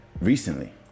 recently